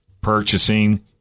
purchasing